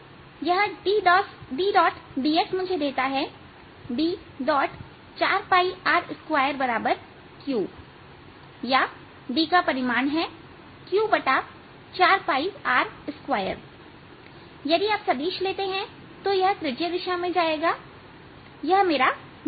इसलिए यह Dds मुझे देता है D4R2Q या D का परिमाण है Q4R2 यदि आप सदिश लेते हैं तो यह त्रिज्यीय दिशा में जाएगा यह मेरा D है